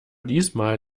diesmal